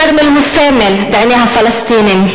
הכרמל הוא סמל בעיני הפלסטינים,